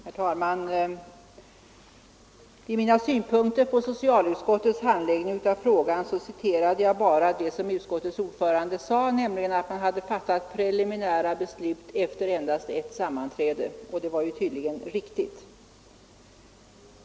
Herr talman! I mina synpunkter på socialutskottets handläggning av frågan citerade jag bara det som socialutskottets ordförande sade, nämligen att man hade fattat preliminärt beslut efter endast ett sammanträde, och det var tydligen riktigt.